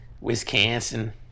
Wisconsin